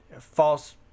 false